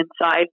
inside